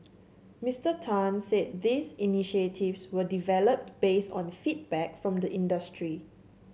Mister Tan said these initiatives were developed based on feedback from the industry